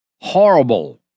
horrible